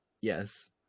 Yes